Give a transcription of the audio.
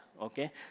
Okay